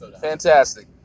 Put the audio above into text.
Fantastic